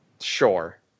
Sure